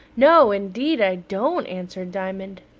no, indeed, i don't, answered diamond.